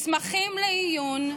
// מסמכים לעיון,